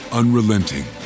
unrelenting